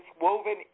woven